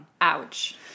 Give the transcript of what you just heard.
Ouch